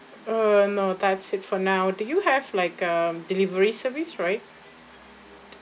uh no that's it for now do you have like a delivery service right